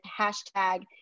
hashtag